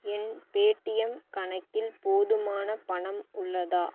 என் Paytm கணக்கில் போதுமான பணம் உள்ளதா